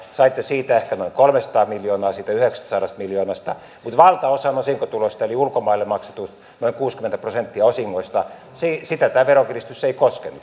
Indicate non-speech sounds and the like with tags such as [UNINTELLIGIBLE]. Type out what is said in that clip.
saitte ehkä noin kolmesataa miljoonaa siitä yhdeksästäsadasta miljoonasta mutta valtaosaa osinkotuloista eli ulkomaille maksettuja noin kuusikymmentä prosenttia osingoista tämä veronkiristys ei koskenut [UNINTELLIGIBLE]